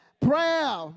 Prayer